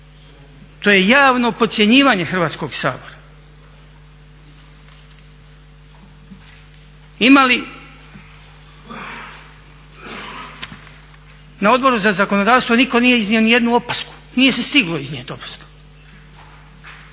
to je javno podcjenjivanje Hrvatskog sabora. Na Odboru za zakonodavstvo nitko nije iznio ni jednu opasku, nije se stigla iznijeti opaska.